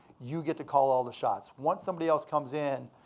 you get to call all the shots. once somebody else comes in,